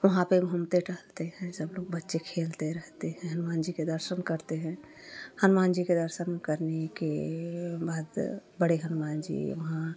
वहाँ पर घूमते टहलते हैं सब लोग बच्चे खेलते रहेते हैं हनुमान जी के दर्शन करते हैं हनुमान जी के दर्शन करने के बाद बड़े हनुमान जी वहाँ